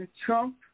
Trump